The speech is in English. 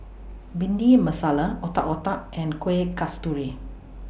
Bhindi Masala Otak Otak and Kueh Kasturi